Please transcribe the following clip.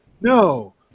no